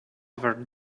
other